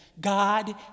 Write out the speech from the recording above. God